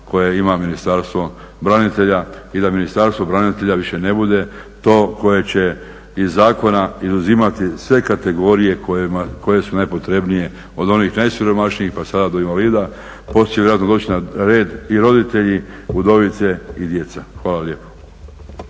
koje ima Ministarstvo branitelja i da Ministarstvo branitelja više ne bude to koje će iz zakona izuzimati sve kategorije koje su najpotrebnije, od onih najsiromašnijih pa sada do invalida, poslije će vjerojatno doći na red i roditelji, udovice i djeca. Hvala lijepo.